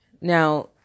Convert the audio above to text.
Now